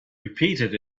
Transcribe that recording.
repeated